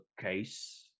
case